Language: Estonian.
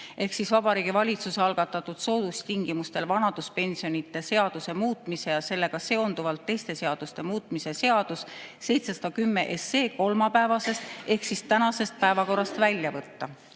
ehk Vabariigi Valitsuse algatatud soodustingimustel vanaduspensionide seaduse muutmise ja sellega seonduvalt teiste seaduste muutmise seadus 710 kolmapäevasest ehk siis tänasest päevakorrast välja võtta.